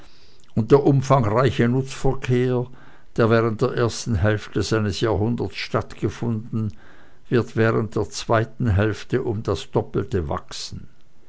und der umfangreiche nutzverkehr der während der ersten hälfte eines jahrhunderts stattgefunden wird während der zweiten hälfte um das doppelte wachsen